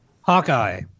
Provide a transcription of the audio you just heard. Hawkeye